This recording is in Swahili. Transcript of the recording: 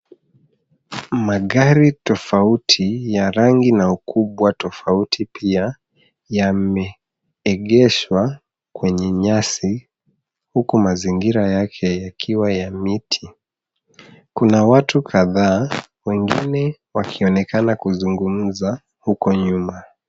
Magari tofauti ya rangi na ukubwa tofauti pia, yameegeshwa kwenye nyasi huku mazingira yake yakiwa ya miti. Kuna watu kadhaa wengine wakionekana kuzungumza huko nyuma.